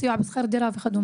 סיוע בשכר דירה וכד'.